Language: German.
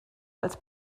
als